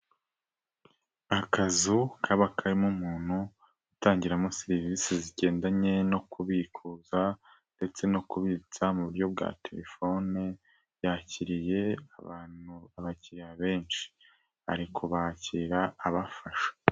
Akazu kaba karimo umuntu, utangiramo serivisi zigendanye no kubikuza ndetse no kubitsa mu buryo bwa telefone, yakiriye abantu, abakiriya benshi. Ari kubakira abafasha.